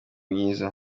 myiza